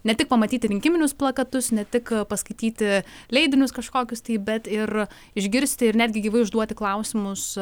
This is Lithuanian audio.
ne tik pamatyti rinkiminius plakatus ne tik paskaityti leidinius kažkokius tai bet ir išgirsti ir netgi gyvai užduoti klausimus